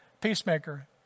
peacemaker